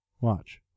Watch